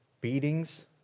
beatings